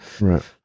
Right